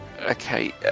Okay